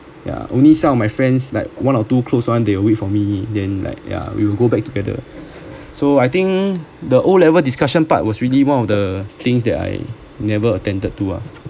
ya only some of my friends like one or two close [one] they will wait for me then like ya we will go back together so I think the O level discussion part was really one of the things that I never attempted to ah